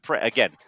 again